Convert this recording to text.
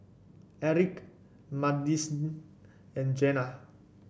Erik Madisyn and Jena